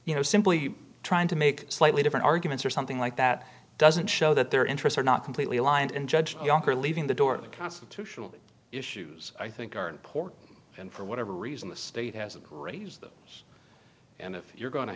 you know simply trying to make slightly different arguments or something like that doesn't show that their interests are not completely aligned in judge younger leaving the door of the constitutional issues i think are important and for whatever reason the state hasn't raised them and if you're go